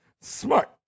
smart